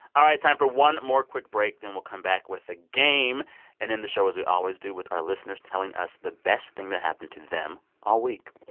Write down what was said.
all right. time for one more quick break. then we'll come back with a game and end the show as we always do, with our listeners telling us the best thing that happened to them all week